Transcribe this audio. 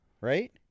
right